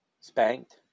spanked